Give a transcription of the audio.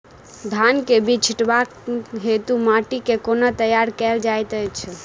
धान केँ बीज छिटबाक हेतु माटि केँ कोना तैयार कएल जाइत अछि?